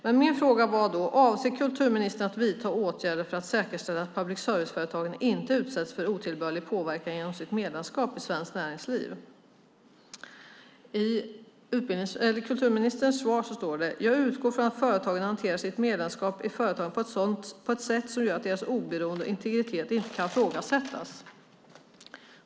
Men min fråga var: Avser kulturministern att vidta åtgärder för att säkerställa att public service-företagen inte utsätts för otillbörlig påverkan genom sitt medlemskap i Svenskt Näringsliv? Kulturministern svarar: Jag utgår från att företagen hanterar sitt medlemskap i Medieföretagen på ett sätt som gör att deras oberoende och integritet inte kan ifrågasättas.